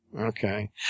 Okay